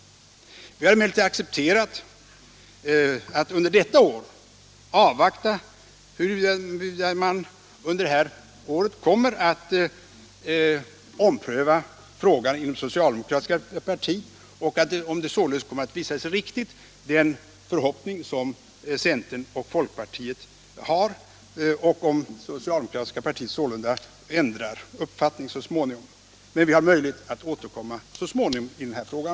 Vi har emellertid accepterat att avvakta huruvida man under det här året kommer att ompröva frågan inom det socialdemokratiska partiet och att se om den förhoppning som centern och folkpartiet har kommer att visa sig riktig och om det socialdemokratiska partiet sålunda ändrar uppfattning. Vi har alltså möjlighet att återkomma så småningom i den här frågan.